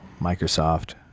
Microsoft